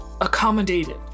accommodated